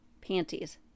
Panties